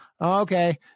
okay